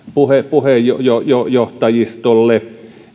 puheenjohtajistolle